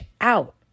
out